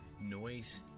noise